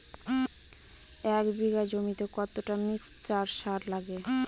এক বিঘা জমিতে কতটা মিক্সচার সার লাগে?